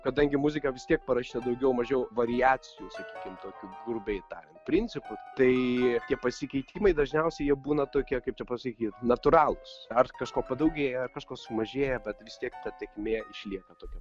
kadangi muzika vis tiek parašyta daugiau mažiau variacijų sakykim tokių grubiai tariant principu tai tie pasikeitimai dažniausiai jie būna tokie kaip čia pasakyt natūralūs ar kažko padaugėja ar kažko sumažėja bet vis tiek ta tėkmė išlieka tokia